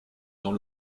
dans